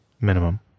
minimum